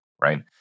right